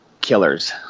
killers